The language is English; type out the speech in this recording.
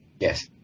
Yes